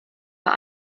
vor